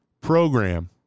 program